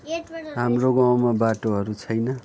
हाम्रो गाउँमा बाटोहरू छैन